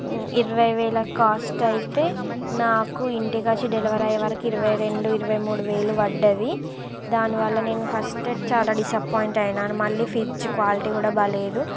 ఇరవై వేల కాస్ట్ అయితే నాకు ఇంటికి వచ్చి డెలివరీ అయ్యే వరకు ఇరవై రెండు ఇరవై మూడు వేలు పడింది దానివల్ల నేను ఫస్ట్ఏ చాలా డిసప్పాయింట్ అయినాను మళ్ళీ ఫ్రిడ్జ్ క్వాలిటీ కూడా బాగలేదు